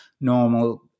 normal